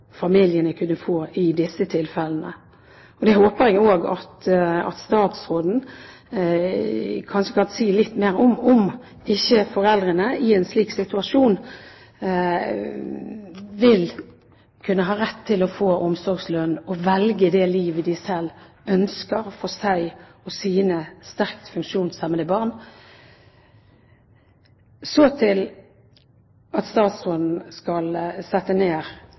familiene kunne få i disse tilfellene. Det håper jeg at statsråden kanskje kan si litt mer om – om ikke foreldre i en slik situasjon vil kunne ha rett til å få omsorgslønn og velge det livet de selv ønsker for seg og sine sterkt funksjonshemmede barn. Så til det at statsråden skal sette ned